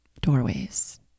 doorways